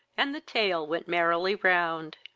and the tale went merrily round.